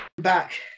back